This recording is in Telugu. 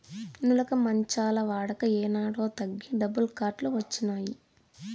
నులక మంచాల వాడక ఏనాడో తగ్గి డబుల్ కాట్ లు వచ్చినాయి